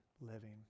living